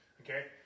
Okay